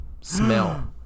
Smell